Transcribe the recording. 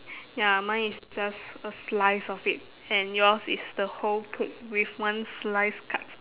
ya mine is just a slice of it and yours is the whole cake with one slice cut